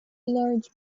large